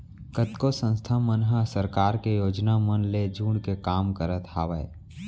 कतको संस्था मन ह सरकार के योजना मन ले जुड़के काम करत हावय